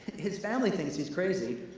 his family thinks he's crazy,